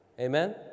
Amen